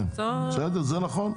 כן, בסדר, זה נכון.